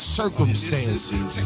circumstances